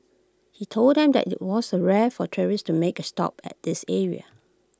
he told them that IT was the rare for tourists to make A stop at this area